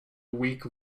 weak